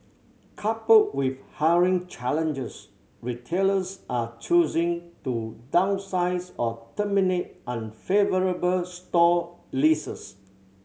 coupled with hiring challenges retailers are choosing to downsize or terminate unfavourable store leases